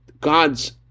God's